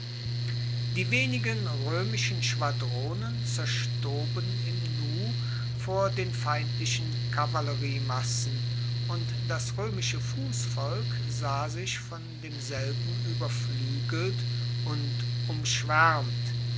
die wenigen roemischen schwadronen zerstoben im nu vor den feindlichen kavalleriemassen und das roemische fussvolk sah sich von demselben ueberfluegelt und umschwaermt